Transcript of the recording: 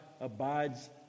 abides